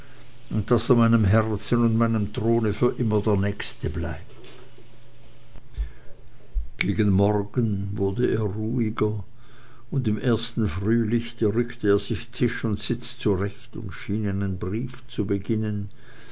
und daß er meinem herzen und meinem throne für immer der nächste bleibt gegen morgen wurde er ruhiger und im ersten frühlichte rückte er sich tisch und sitz zurecht und schien einen brief zu beginnen